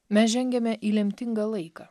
mes žengiame į lemtingą laiką